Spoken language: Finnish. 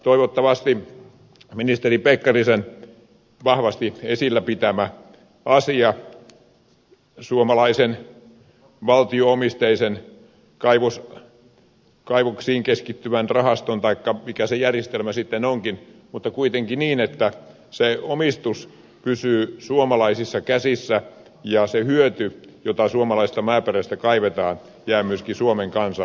toivottavasti ministeri pekkarisen vahvasti esillä pitämä asia suomalainen valtio omisteinen kaivoksiin keskittyvä rahasto taikka mikä se järjestelmä sitten onkaan saa tukea mutta kuitenkin niin että se omistus pysyy suomalaisissa käsissä ja se hyöty jota suomalaisesta maaperästä kaivetaan jää suomen kansan hyödyksi